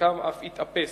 ולחלקם אף יתאפס.